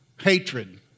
hatred